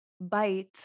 bite